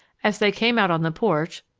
as they came out on the porch,